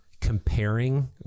Comparing